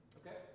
okay